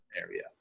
area